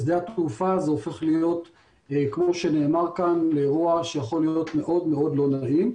בשדה התעופה זה הופך להיות אירוע שיכול להיות מאוד לא נעים.